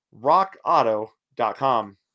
rockauto.com